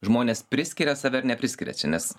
žmonės priskiria save ar nepriskiria čia nes